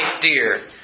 dear